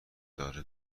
داره